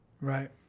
Right